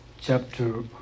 chapter